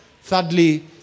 Thirdly